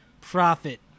profit